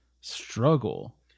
struggle